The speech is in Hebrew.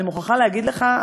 אני מוכרחה להגיד לך,